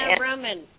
Roman